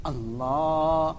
Allah